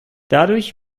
dadurch